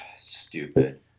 Stupid